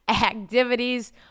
activities